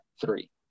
three